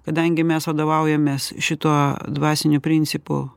kadangi mes vadovaujamės šituo dvasiniu principu